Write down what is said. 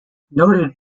noted